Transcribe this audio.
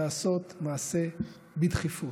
לעשות מעשה בדחיפות.